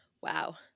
Wow